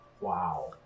Wow